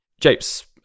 Japes